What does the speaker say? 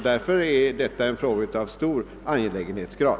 Därför är detta en fråga av stor angelägenhetsgrad.